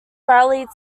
rallied